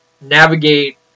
navigate